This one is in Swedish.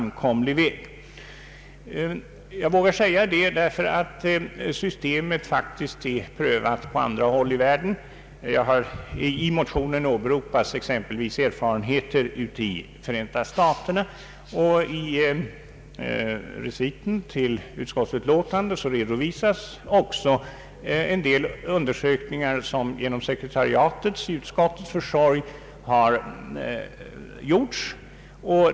Jag vågar säga detta därför att systemet faktiskt är prövat på andra håll i världen. I reservationen åberopas exempelvis erfarenheter i Förenta staterna, och i reciten till utskottsutlåtandet redovisas också undersökningar som har gjorts genom sekretariatets i utskottet försorg.